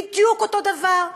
בדיוק אותו דבר,